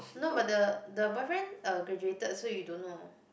no but the the boyfriend uh graduated so you don't know